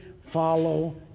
follow